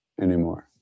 anymore